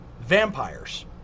vampires